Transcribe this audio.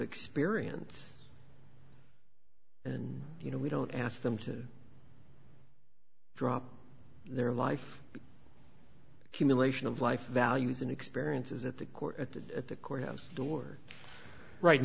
experience and you know we don't ask them to drop their life cumulation of life values and experiences at the court at the at the courthouse door right and